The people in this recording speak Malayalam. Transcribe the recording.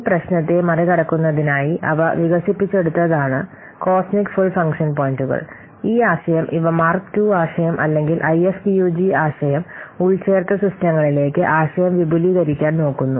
ഈ പ്രശ്നത്തെ മറികടക്കുന്നതിനായി അവ വികസിപ്പിച്ചെടുതതാണ് കോസ്മിക് ഫുൾ ഫംഗ്ഷൻ പോയിന്റുകൾ ഈ ആശയം ഇവ മാർക്ക് II ആശയം അല്ലെങ്കിൽ IFPUG ആശയം ഉൾച്ചേർത്ത സിസ്റ്റങ്ങളിലേക്ക് ആശയം വിപുലീകരിക്കാൻ നോക്കുന്നു